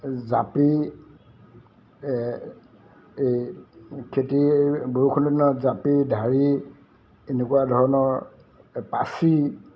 জাপি এই এই খেতি বৰষুণৰ দিনত জাপি ঢাৰি এনেকুৱা ধৰণৰ এই পাচি